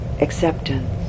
acceptance